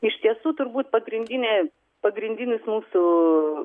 iš tiesų turbūt pagrindinė pagrindinis mūsų